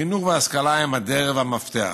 חינוך והשכלה הם הדלת והמפתח.